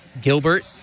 Gilbert